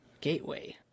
gateway